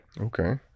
okay